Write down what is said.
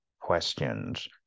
questions